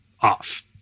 off